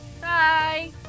Bye